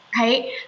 right